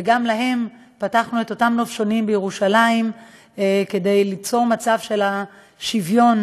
וגם להם פתחנו נופשונים בירושלים כדי ליצור מצב של שוויון,